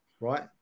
right